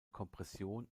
kompression